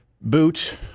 boot